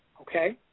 Okay